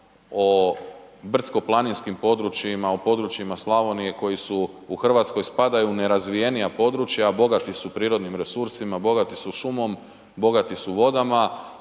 o brdsko-planinskim područjima, o područjima Slavonije koji u Hrvatskoj spadaju pod nerazvijenija područja, a bogati su prirodnim resursima, bogati su šumom, bogati su vodama